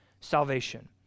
salvation